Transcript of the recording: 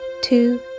two